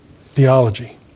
theology